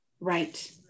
right